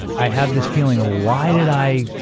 i have this feeling, why did i,